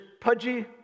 pudgy